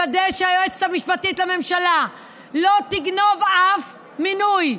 לוודא שהיועצת המשפטית לממשלה לא תגנוב אף מינוי,